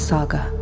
Saga